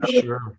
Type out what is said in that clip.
sure